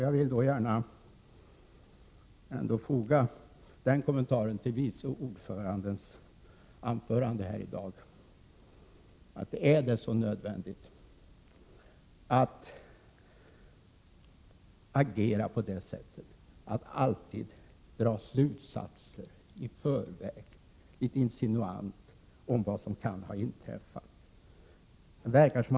Jag vill göra följande kommentar till vice ordförandens anförande här i dag: Är det nödvändigt att alltid litet insinuant och i förväg dra slutsatser om vad som kan ha inträffat?